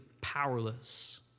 powerless